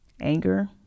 anger